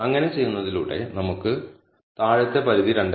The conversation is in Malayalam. അങ്ങനെ ചെയ്യുന്നതിലൂടെ നമുക്ക് താഴത്തെ പരിധി 2